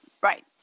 Right